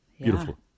Beautiful